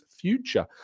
future